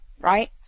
right